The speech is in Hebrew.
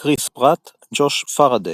כריס פראט - ג'וש פרארדיי.